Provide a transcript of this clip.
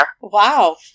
Wow